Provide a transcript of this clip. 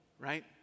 right